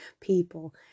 people